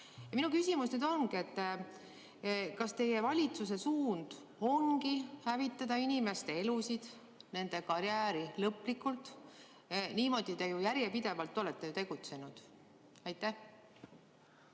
Minu küsimus ongi: kas teie valitsuse suund ongi hävitada inimeste elusid ja nende karjääri lõplikult? Niimoodi te ju järjepidevalt olete tegutsenud. Kui